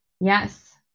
yes